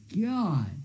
God